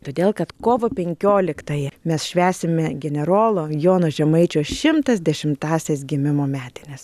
todėl kad kovo penkioliktąją mes švęsime generolo jono žemaičio šimtas dešimtąsias gimimo metines